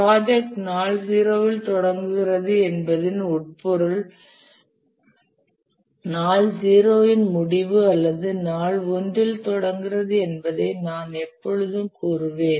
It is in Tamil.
ப்ராஜெக்ட் நாள் 0 இல் தொடங்குகிறது என்பதன் உட்பொருள் நாள் 0 இன் முடிவு அல்லது நாள் 1 இல் தொடங்குகிறது என்பதை நான் எப்பொழுதும் கூறுவேன்